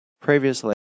previously